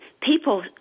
People